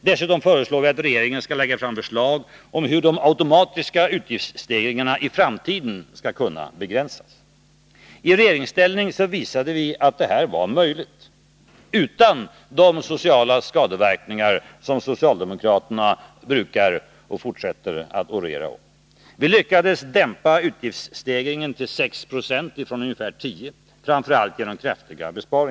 Dessutom föreslår vi att regeringen skall lägga fram förslag om hur de automatiska utgiftsstegringarna i framtiden skall kunna begränsas. I regeringsställning visade vi att detta var möjligt — utan de sociala skadeverkningar som socialdemokraterna brukar utmåla och fortsätter att orera om. Vi lyckades dämpa utgiftsstegringen till 6 90 från ungefär 10 96, framför allt genom kraftiga besparingar.